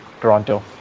Toronto